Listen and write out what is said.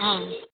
ம்